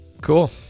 cool